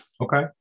Okay